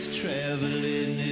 traveling